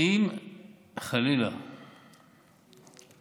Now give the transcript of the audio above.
אם חלילה לא